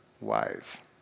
wise